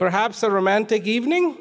perhaps a romantic evening